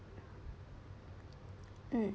mm